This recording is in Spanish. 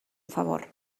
favor